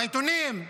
בעיתונים,